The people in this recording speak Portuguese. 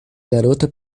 garota